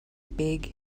big